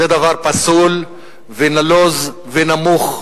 זה דבר פסול ונלוז ונמוך,